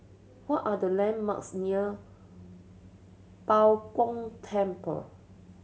what are the landmarks near Bao Gong Temple